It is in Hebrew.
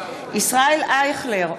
ישראל אייכלר,